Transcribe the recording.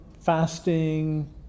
fasting